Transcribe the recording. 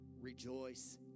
rejoice